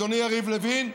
אדוני יריב לוין,